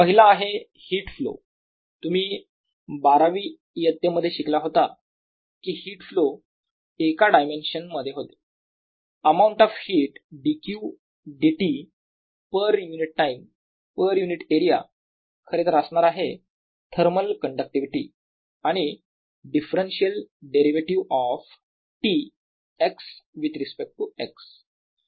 पहिला आहे heat flow तुम्ही 12वी इयत्तेमध्ये शिकला होता की हीट फ्लो एका डायमेन्शन मध्ये होते amount of heat dQ dt per unit time per unit area खरे तर असणार आहे थर्मल कण्डक्टिविटी आणि differential derivative of T x with respect to x